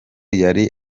yari